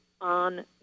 on